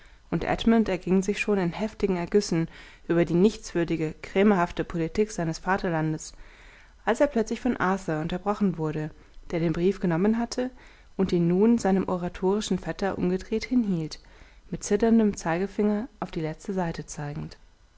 und edmund erging sich schon in heftigen ergüssen über die nichtswürdige krämerhafte politik seines vaterlandes als er plötzlich von arthur unterbrochen wurde der den brief genommen hatte und ihn nun seinem oratorischen vetter umgedreht hinhielt mit zitterndem zeigefinger auf die letzte seite zeigend